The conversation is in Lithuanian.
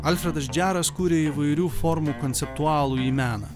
alfredas džeras kuria įvairių formų konceptualųjį meną